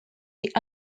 est